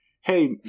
hey